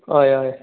हय हय